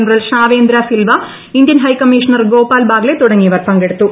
general Shavendra Silva Indian high commissioner Gopal Baglay തുടങ്ങിയവർ പങ്കെടുത്തു